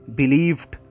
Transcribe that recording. believed